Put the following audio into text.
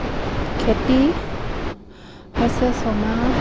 খেতি হৈছে ছমাহ